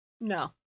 No